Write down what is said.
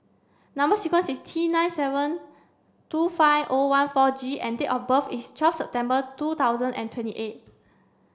number sequence is T nine seven two five O one four G and date of birth is twelve September two thousand and twenty eight